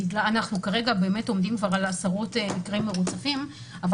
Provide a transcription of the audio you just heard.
אנחנו עומדים כרגע כבר על עשרות מקרים מרוצפים אבל